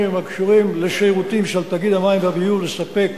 הקשורים לשירותים של תאגיד המים והביוב לספק